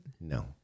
No